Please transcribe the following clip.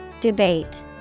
Debate